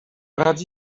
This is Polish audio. brat